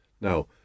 Now